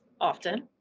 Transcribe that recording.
often